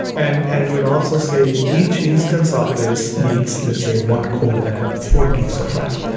and and you'll also say each instance of this needs, let's say, one core and four gigs of ram.